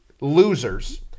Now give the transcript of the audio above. losers